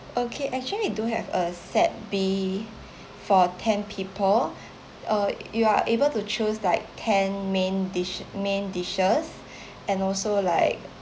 okay actually we do have a set B for ten people uh you are able to choose like ten main dish main dishes and also like